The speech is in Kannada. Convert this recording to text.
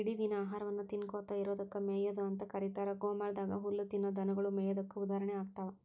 ಇಡಿದಿನ ಆಹಾರವನ್ನ ತಿನ್ನಕೋತ ಇರೋದಕ್ಕ ಮೇಯೊದು ಅಂತ ಕರೇತಾರ, ಗೋಮಾಳದಾಗ ಹುಲ್ಲ ತಿನ್ನೋ ದನಗೊಳು ಮೇಯೋದಕ್ಕ ಉದಾಹರಣೆ ಆಗ್ತಾವ